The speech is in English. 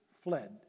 fled